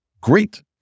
Great